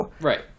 Right